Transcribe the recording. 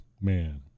man